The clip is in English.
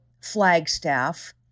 Flagstaff